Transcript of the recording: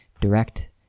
direct